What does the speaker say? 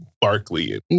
Barkley